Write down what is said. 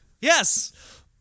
yes